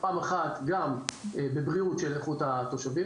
פעם אחת גם בבריאות של איכות חיי התושבים,